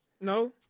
No